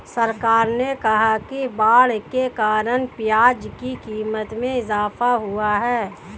सरकार ने कहा कि बाढ़ के कारण प्याज़ की क़ीमत में इजाफ़ा हुआ है